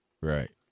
Right